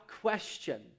question